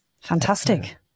Fantastic